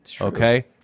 okay